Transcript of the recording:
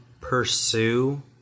pursue